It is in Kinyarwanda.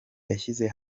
yashyize